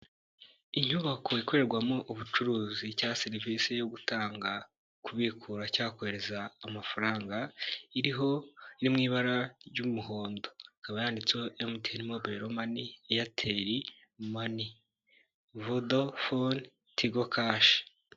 Inyubako ikorerwamo ubucuruzi cyangwa serivisi yo gutanga, kubikura cyangwa kohereza amafaranga, iriho yo mu ibara ry'umuhondo, akaba yanditseho emutiyeni mobayilo mani, eyateli mani, vodo foni, tigo kashi.